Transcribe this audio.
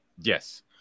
Yes